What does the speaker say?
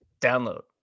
Download